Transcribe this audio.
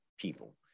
People